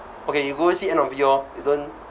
okay you go see end of year lor you don't